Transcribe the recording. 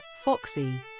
foxy